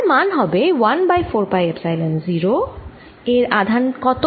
যার মান হবে 1বাই 4 পাই এপসাইলন 0 এর আধান কত